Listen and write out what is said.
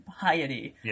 piety